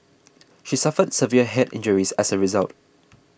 she suffered severe head injuries as a result